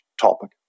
topic